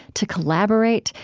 to collaborate,